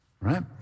right